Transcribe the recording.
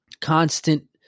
Constant